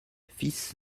fils